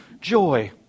joy